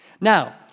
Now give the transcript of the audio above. Now